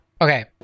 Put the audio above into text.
Okay